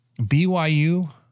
BYU